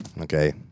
Okay